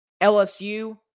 LSU